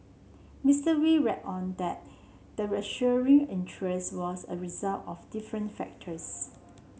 Mister Wee reckoned that the ensuing interest was a result of different factors